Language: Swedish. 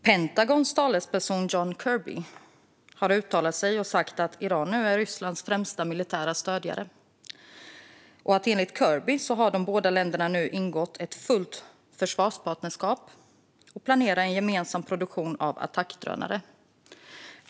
Pentagons talesperson John Kirby har uttalat sig och sagt att Iran nu är Rysslands främsta militära stödjare. Enligt Kirby har de båda länderna nu ingått ett fullt försvarspartnerskap och planerar en gemensam produktion av attackdrönare.